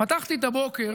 פתחתי את הבוקר